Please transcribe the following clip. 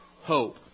hope